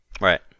Right